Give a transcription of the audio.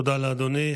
תודה לאדוני.